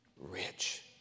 rich